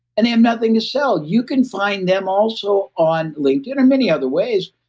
and they have nothing to sell. you can find them also on linkedin or many other ways.